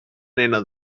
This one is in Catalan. nena